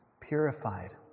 purified